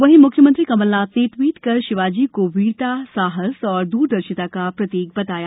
वहीं मुख्यमंत्री कमल नाथ ने ट्वीट कर शिवाजी को वीरता साहस और दूरदर्शिता का प्रतीक बताया